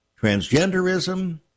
transgenderism